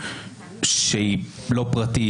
שהיא לא פרטית,